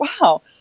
wow